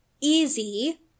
easy